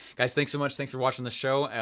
guys, thanks so much, thanks for watching the show.